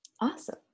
Awesome